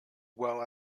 well